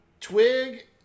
Twig